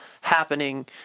happening